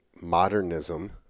modernism